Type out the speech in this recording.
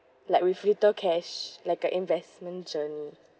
like with little cash like a investment journey